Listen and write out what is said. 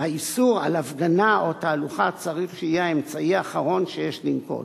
"האיסור על הפגנה או תהלוכה צריך שיהיה האמצעי האחרון שיש לנקוט".